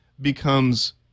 becomes